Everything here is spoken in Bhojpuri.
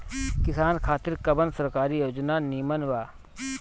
किसान खातिर कवन सरकारी योजना नीमन बा?